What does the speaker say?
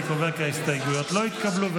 אני קובע כי ההסתייגויות לא התקבלו.